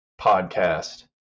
podcast